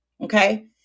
okay